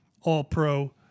All-Pro